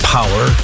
Power